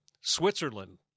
Switzerland